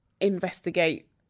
investigate